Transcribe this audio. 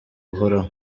buhoraho